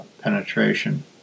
penetration